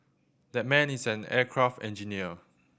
that man is an aircraft engineer